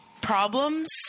problems